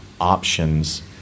options